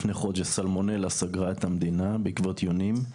לפני חודש סלמונלה סגרה את המדינה בעקבות יונים.